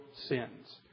sins